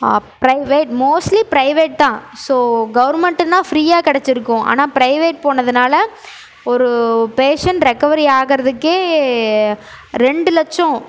private mostly private தான் so கவர்மெண்ட்டுன்னால் ஃப்ரீயாக கிடைச்சிருக்கும் ஆனால் ப்ரைவேட் போனதுனால் ஒரு பேஷண்ட் ரெக்கவரி ஆகிறதுக்கே ரெண்டு லட்சம்